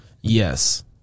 Yes